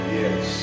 yes